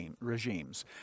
regimes